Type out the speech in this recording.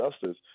justice